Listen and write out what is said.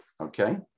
okay